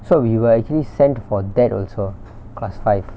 so we will actually send for that also class five